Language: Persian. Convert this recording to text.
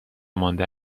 مانده